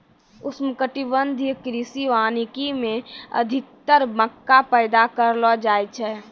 उष्णकटिबंधीय कृषि वानिकी मे अधिक्तर मक्का पैदा करलो जाय छै